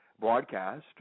broadcast